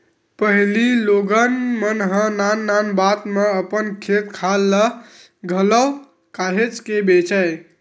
पहिली लोगन मन ह नान नान बात म अपन खेत खार ल घलो काहेच के बेंचय